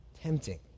tempting